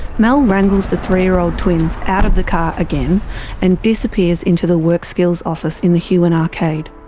mel wrangles the three year old twins out of the car again and disappears into the workskills office in the huon arcade.